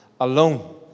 alone